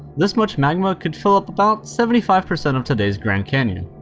this much magma could fill up about seventy five percent of today's grand canyon.